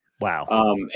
Wow